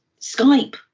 Skype